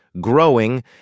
growing